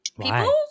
People